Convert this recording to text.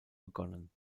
begonnen